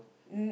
n~